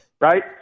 Right